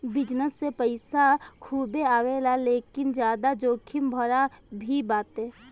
business से पईसा खूबे आवेला लेकिन ज्यादा जोखिम भरा भी बाटे